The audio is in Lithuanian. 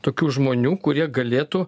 tokių žmonių kurie galėtų